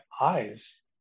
eyes